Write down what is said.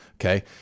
okay